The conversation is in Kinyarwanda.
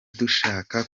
dushaka